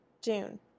June